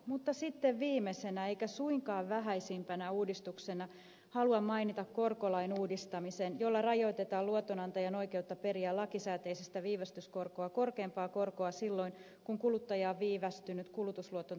mutta sitten viimeisenä eikä suinkaan vähäisimpänä uudistuksena haluan mainita korkolain uudistamisen jolla rajoitetaan luotonantajan oikeutta periä lakisääteistä viivästyskorkoa korkeampaa korkoa silloin kun kuluttaja on viivästynyt kulutusluoton takaisinmaksussa